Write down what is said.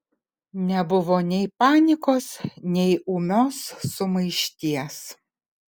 nebuvo nei panikos nei ūmios sumaišties